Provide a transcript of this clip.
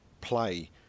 play